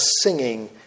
singing